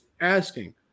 asking